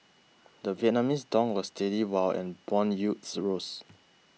the Vietnamese dong was steady while and bond yields rose